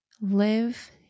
live